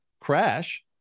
Crash